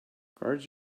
guards